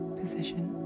position